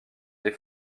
les